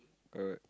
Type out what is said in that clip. but